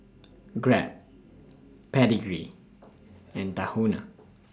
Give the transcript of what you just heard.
Grab Pedigree and Tahuna